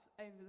over